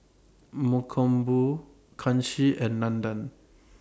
Mankombu Kanshi and Nandan